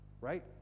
right